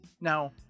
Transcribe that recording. Now